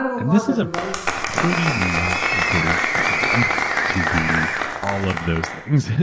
and this is a pretty not great time to be all of those things.